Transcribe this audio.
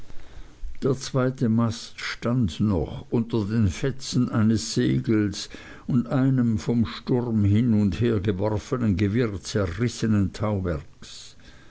der zweite mast stand noch unter den fetzen eines segels und einem vom sturm hin und her geworfenen gewirr zerrissenen tauwerks